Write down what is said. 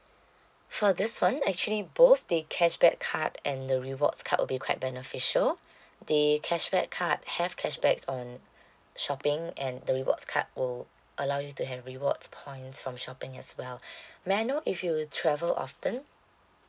for this [one] actually both the cashback card and the rewards card will be quite beneficial the cashback card have cashbacks on shopping and the rewards card will allow you to have rewards points from shopping as well may I know if you travel often